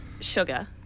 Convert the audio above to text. Sugar